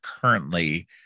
currently